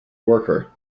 worker